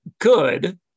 good